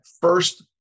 first